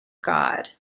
god